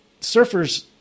surfers